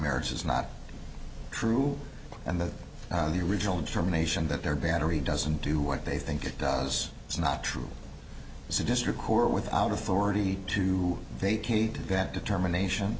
merits is not true and that the original determination that their battery doesn't do what they think it does is not true as a district court without authority to vacate that determination